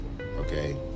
okay